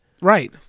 Right